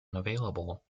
unavailable